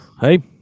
hey